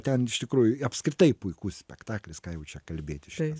ten iš tikrųjų apskritai puikus spektaklis ką jau čia kalbėti šitas